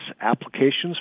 applications